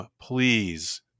please